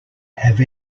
have